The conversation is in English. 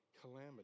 calamity